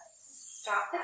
Stop